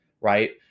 right